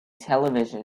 television